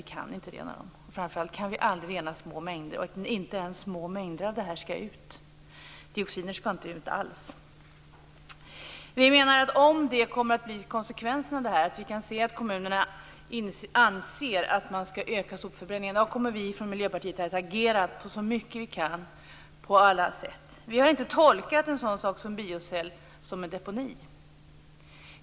Vi kan inte rena dem - framför allt kan vi aldrig rena små mängder. Inte ens små mängder av detta skall ut. Dioxiner skall inte ut alls. Om detta kommer att bli konsekvensen, dvs. om man kan se att kommunerna anser att de skall öka sopförbränningen så kommer vi från Miljöpartiet att agera så mycket vi kan på alla sätt. Vi har inte tolkat en sak som t.ex. en biocell som en deponi.